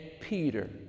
Peter